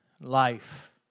life